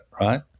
right